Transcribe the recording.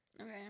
Okay